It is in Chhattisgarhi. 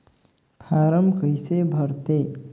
फारम कइसे भरते?